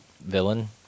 villain